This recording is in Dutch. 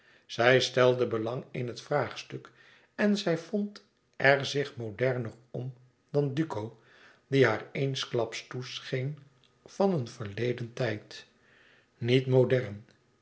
zij stelde belang in het vraagstuk en zij vond er zich moderner om dan duco die haar eensklaps toescheen van een verledentijd niet modern